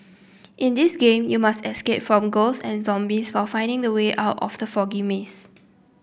in this game you must escape from ghost and zombies while finding the way out of the foggy maze